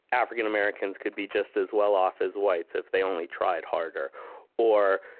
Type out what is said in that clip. african-americans could be just as well off as whites if they only tried harder or,